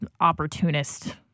opportunist